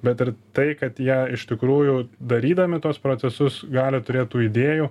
bet ir tai kad jie iš tikrųjų darydami tuos procesus gali turėt tų idėjų